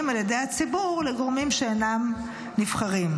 על ידי הציבור לגורמים שאינם נבחרים.